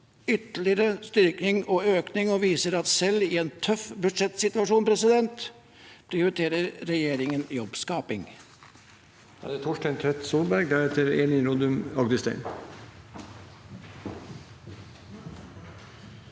ytterligere styrkning av økningen og viser at selv i en tøff budsjettsituasjon prioriterer regjeringen jobbskaping.